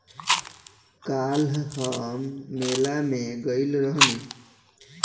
काल्ह हम मेला में गइल रहनी